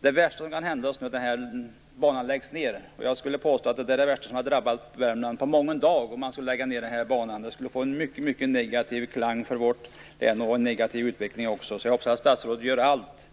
Det värsta som kan hända oss vore nämligen att banan läggs ned. Jag skulle vilja påstå att det skulle vara det värsta som har drabbat Värmland på mången dag. Det skulle ge en mycket negativ klang för vårt län och innebära en negativ utveckling. Jag hoppas alltså att statsrådet gör allt